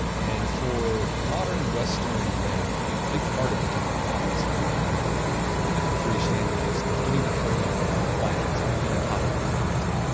and for modern western men big part of becoming autonomous and independent and freestanding is getting a hold of our finances, being on top of our finances.